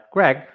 Greg